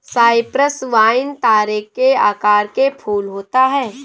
Cyprus vine तारे के आकार के फूल होता है